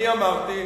אני אמרתי,